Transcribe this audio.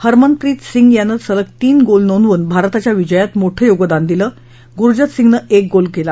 हरमनप्रीत सिंग यानं सलग तीन गोल नोंदवून भारताच्या विजयात मोठं योगदान दिलं गुरजंत सिंगनं एक गोल केला